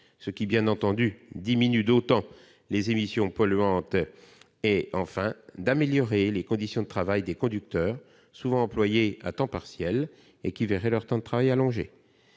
ce qui réduirait d'autant les émissions polluantes, et, enfin, d'améliorer les conditions de travail des conducteurs, souvent employés à temps partiel et qui verraient leur temps de travail allongé.